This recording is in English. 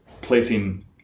placing